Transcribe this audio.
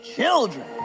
children